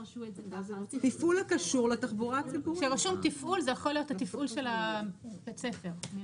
כשרשום תפעול זה יכול להיות התפעול של בית הספר.